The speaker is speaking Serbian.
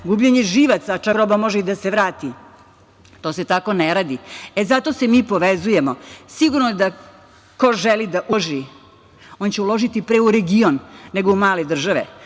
gubljenje živaca, a čak roba može i da se vrati. To se tako ne radi. Zato se mi povezujemo. Sigurno je da ko želi da uloži, on će uložiti pre u region nego u male države.